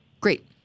great